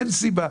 אין סיבה.